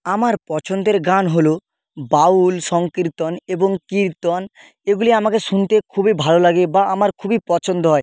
আমার পছন্দের গান হল বাউল সংকীর্তন এবং কীর্তন এগুলি আমাকে শুনতে খুবই ভালো লাগে বা আমার খুবই পছন্দ হয়